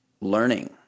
learning